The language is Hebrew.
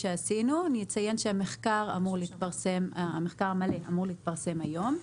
אני אציין שהמחקר המלא אמור להתפרסם היום.